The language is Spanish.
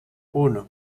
uno